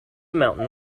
mountain